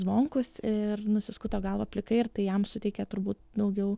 zvonkus ir nusiskuto galvą plikai ir tai jam suteikė turbūt daugiau